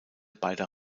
beider